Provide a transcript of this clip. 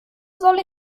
soll